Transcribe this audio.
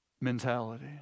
mentality